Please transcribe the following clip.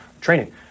training